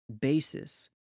basis